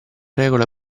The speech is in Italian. regola